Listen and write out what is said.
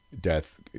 death